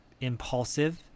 impulsive